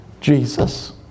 Jesus